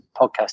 podcast